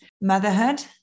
motherhood